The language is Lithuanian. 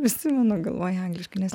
visi mano galvoj angliškai nes